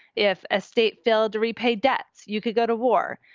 if a state failed to repay debts, you could go to war.